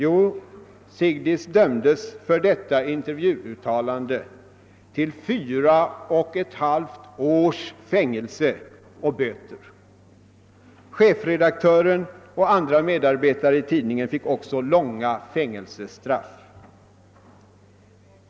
Zigdis dömdes för detta intervjuuttalande till fyra och ett halvt års fängelse och böter. Chefredaktören och andra medarbetare i tidningen fick också långa fängelsestraff.